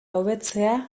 hobetzea